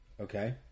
Okay